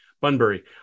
Bunbury